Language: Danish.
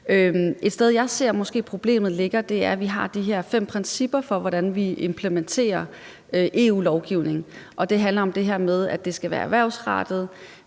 Et sted, hvor jeg måske ser problemet ligger, er der, hvor vi har de her fem principper for, hvordan vi implementerer EU-lovgivning. Det handler om det her med, at det skal være erhvervsrettet,